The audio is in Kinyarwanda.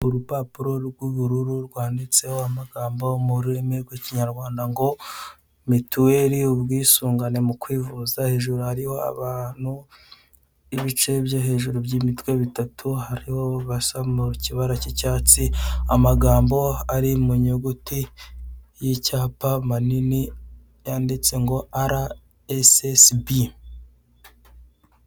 Urupapuro rw'ubururu rwanditseho amagambo mu rurimi rw'ikinyarwanda ngo mituweli ubwisungane mu kwivuza, hejuru hariho abantu ibice byo hejuru by'imitwe itatu hariho abasa mu kibara cy'icyatsi amagambo ari mu nyuguti y'icyapa manini yanditse ngo RSSB.